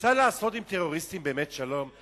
אפשר לעשות עם טרוריסטים באמת שלום?